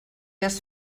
has